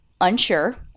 unsure